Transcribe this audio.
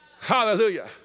Hallelujah